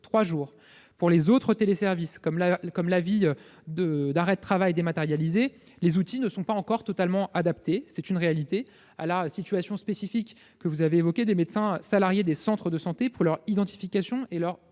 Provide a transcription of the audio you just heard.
trois jours. Pour les autres téléservices, comme l'avis d'arrêt de travail dématérialisé, les outils ne sont pas encore totalement adaptés à la situation spécifique, que vous avez évoquée, des médecins salariés des centres de santé, s'agissant de leur identification et de